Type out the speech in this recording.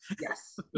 Yes